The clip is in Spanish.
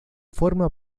forma